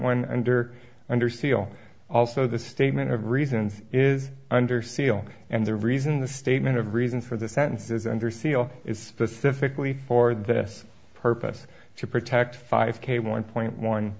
one under under seal also the statement of reasons is under seal and the reason the statement of reasons for the sentence is under seal is specifically for this purpose to protect five k one point one